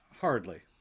Hardly